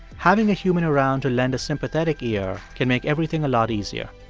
having a human around to lend a sympathetic ear can make everything a lot easier.